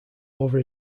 over